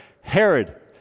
Herod